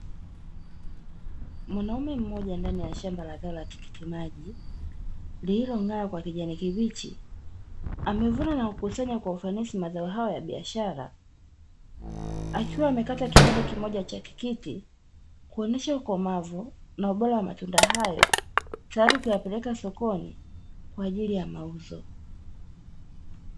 Mwanaume mmoja ndani ya shamba la tikiti maji, lililong'aa kwa kijani kibichi, amevuna na kukusanya kwa ufanisi mazao hayo ya biashara, akiwa amekata kipande kimoja cha tikiti, kuonyesha ukomavu na ubora wa matunda hayo, tayari kuyapeleka sokoni kwa ajili ya mauzo.